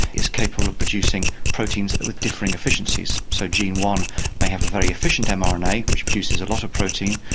is capable of producing proteins with differing efficiencies. so gene one may have a very efficient um um mrna which produces a lot of protein,